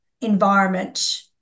environment